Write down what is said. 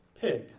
pig